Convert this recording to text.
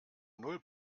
null